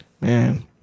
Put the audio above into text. man